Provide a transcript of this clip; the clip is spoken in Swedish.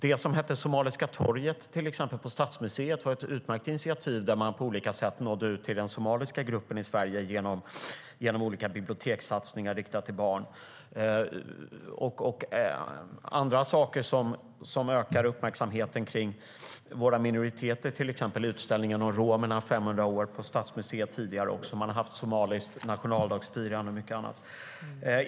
Det som hette Somaliska torget, på Stadsmuseet, var ett utmärkt initiativ, där man på olika sätt nådde ut till den somaliska gruppen i Sverige genom olika bibliotekssatsningar riktade till barn. Det finns andra saker som ökar uppmärksamheten kring våra minoriteter, till exempel utställningen om romerna, 500 år, på Stadsmuseet tidigare. Man har haft ett somaliskt nationaldagsfirande och mycket annat.